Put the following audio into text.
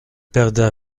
perdais